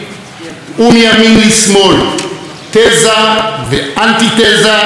תזה ואנטיתזה בלי סינתזה.